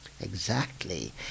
Exactly